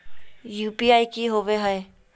UPI की होवे हय?